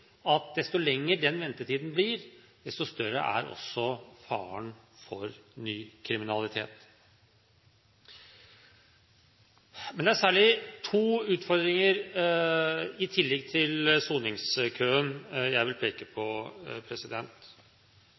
faren for ny kriminalitet. Men det er særlig to utfordringer i tillegg til soningskøen jeg vil peke på.